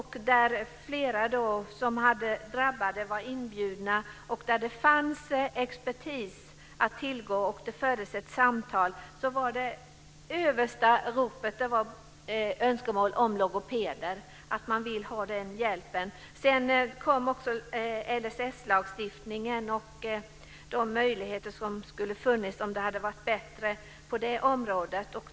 Flera drabbade var inbjudna, och det fanns expertis att tillgå. Det fördes ett samtal. Det starkaste önskemålet gällde logopeder. Man vill ha den hjälpen. LSS och de möjligheter som saknas på det området togs också upp.